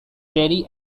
terri